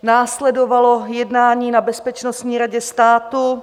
Následovalo jednání na Bezpečnostní radě státu.